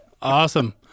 Awesome